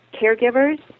caregivers